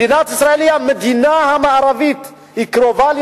מדינת ישראל היא מדינה מערבית והיא קרובה להיות